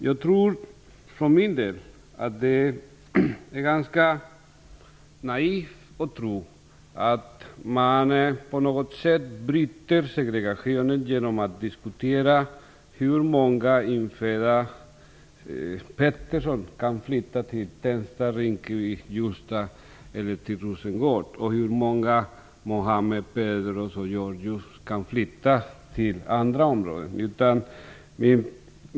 För min del tror jag att det är ganska naivt att föreställa sig att segregationen på något sätt bryts genom att man diskuterar hur många infödda Pettersson som kan flytta till Tensta, Rinkeby, Pedro eller Georgio som kan flytta till andra områden.